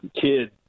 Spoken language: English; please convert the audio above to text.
kid